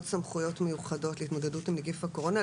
סמכויות מיוחדות להתמודדות עם נגיף הקורונה.